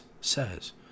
says